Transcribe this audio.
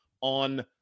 on